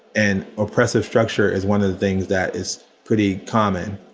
an oppressive structure is one of the things that is pretty common.